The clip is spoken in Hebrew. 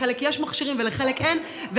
לחלק יש מכשירים ולחלק אין,